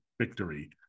victory